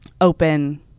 open